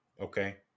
okay